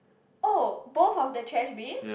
oh both of the trash bin